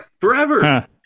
Forever